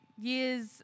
years